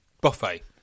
buffet